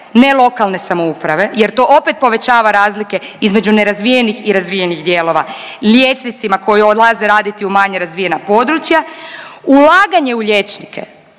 ne lokalne samouprave jer to opet povećava razlike između nerazvijenih i razvijenih dijelova, liječnicima koji odlaze raditi u manje razvijena područja, ulaganja u liječnike